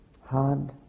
hard